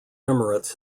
emirates